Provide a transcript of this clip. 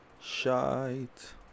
Shite